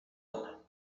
کنم